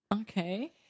Okay